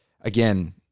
again